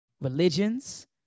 religions